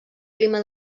clima